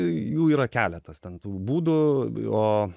jų yra keletas ten tų būdų o